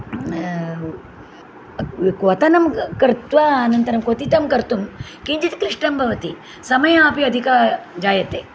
क्वथनं कृत्वा अनन्तरं क्वथितं कर्तुं किञ्चित् क्लिष्टं भवति समयः अपि अधिकः जायते